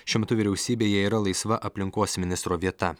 šiuo metu vyriausybėje yra laisva aplinkos ministro vieta